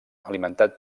alimentat